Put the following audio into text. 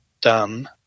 done